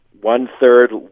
one-third